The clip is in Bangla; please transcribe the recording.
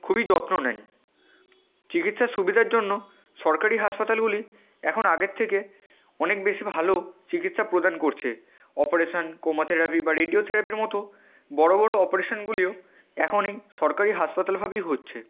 খুবই যত্ন নেন চিকিৎসার সুবিধার জন্য সরকারি হাসপাতালগুলি এখন আগের থেকে অনেক বেশি ভালো চিকিৎসা প্রদান করছে অপারেশান কেমো থেরাপি বা রেডিও থেরাপির মতো বড়ো বড়ো অপারেশানগুলিও এখন এই সরকারি হাসপাতালভাবেই হচ্ছে